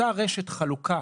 אותה רשת החלוקה